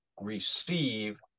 receive